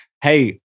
hey